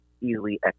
easily